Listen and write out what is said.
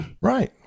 Right